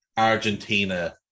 Argentina